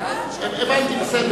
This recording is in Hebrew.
נתקבלה.